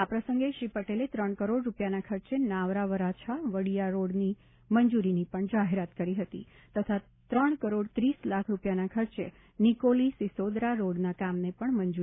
આ પ્રસંગે શ્રી પટેલે ત્રણ કરોડ રૂપિયાના ખર્ચે નાવરા વરાછા વડીયા રોડની મંજૂરીની જાહેરાત કરી હતી તથા ત્રણ કરોડ ત્રીસ લાખ રૂપિયાનાં ખર્ચે નિકોલી સીસોદરા રોડનાં કામને મંજુરી અપાવામાં આવી હતી